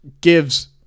gives